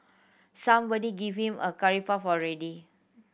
somebody give him a curry puff already